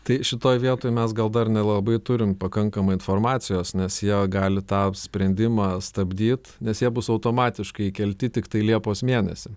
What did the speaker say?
tai šitoj vietoj mes gal dar nelabai turim pakankamai informacijos nes jie gali tą sprendimą stabdyt nes jie bus automatiškai įkelti tiktai liepos mėnesį